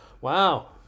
wow